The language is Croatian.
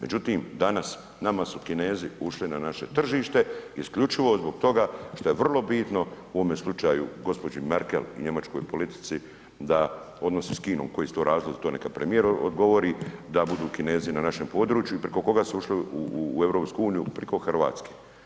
Međutim danas nama su Kinezi ušli na naše tržište isključivo zbog toga što je vrlo bitno u ovome slučaju gospođi Merkel i njemačkoj politici da odnosi s Kinom koji su to razlozi to neka premijer odgovori, da budu Kinezi na našem području i preko koga su ušli u EU, preko Hrvatske.